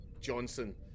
Johnson